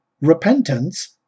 repentance